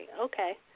Okay